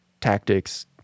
tactics